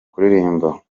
kuririmba